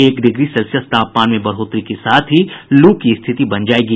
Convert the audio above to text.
एक degree Celsius तापमान में बढ़ोतरी के साथ ही लू की स्थिति बन जायेगी